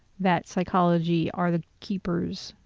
that psychology are the keepers,